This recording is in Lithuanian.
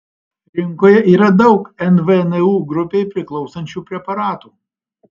rinkoje yra daug nvnu grupei priklausančių preparatų